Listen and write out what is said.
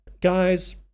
guys